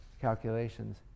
calculations